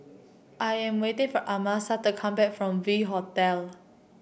I am waiting for Amasa to come back from V Hotel